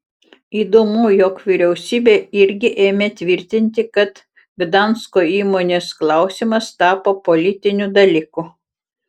įdomu jog vyriausybė irgi ėmė tvirtinti kad gdansko įmonės klausimas tapo politiniu dalyku